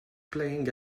playing